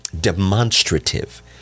demonstrative